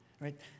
right